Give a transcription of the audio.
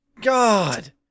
God